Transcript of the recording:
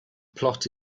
plot